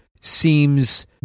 seems